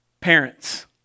parents